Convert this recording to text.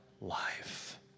life